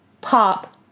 Pop